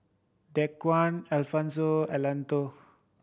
Dequan Alfonse Antone